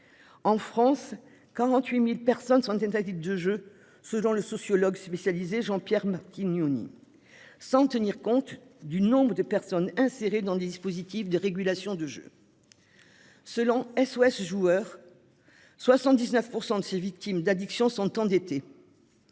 En France, 48.000 personnes sont tentative de jeu. Selon le sociologue spécialisé Jean-Pierre Martignoni sans tenir compte du nombre de personnes insérées dans des dispositifs de régulation de jeu. Selon SOS Joueurs. 79% de ses victimes d'addictions sont endettés.